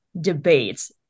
debates